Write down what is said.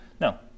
No